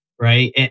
Right